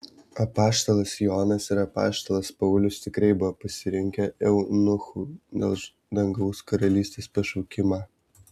apaštalas jonas ir apaštalas paulius tikrai buvo pasirinkę eunuchų dėl dangaus karalystės pašaukimą